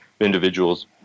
individuals